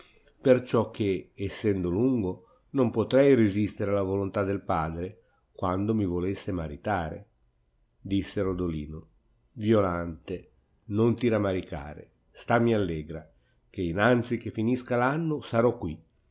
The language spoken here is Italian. lungo perciò che essendo lungo non potrei resistere alla volontà del padre quando mi volesse maritare disse rodolino violante non ti ramaricare stanimi allegra che innanzi che finisca l'anno sarò qui